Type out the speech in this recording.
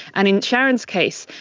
and in sharon's case,